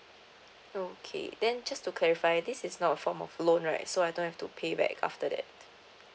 okay then just to clarify this is not a form of loan right so I don't have to pay back after that